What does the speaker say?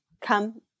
come